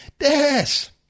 yes